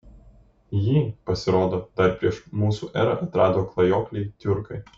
jį pasirodo dar prieš mūsų erą atrado klajokliai tiurkai